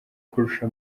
kurusha